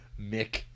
Mick